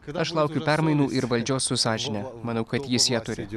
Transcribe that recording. aš laukiu permainų ir valdžios su sąžine manau kad jis ją turi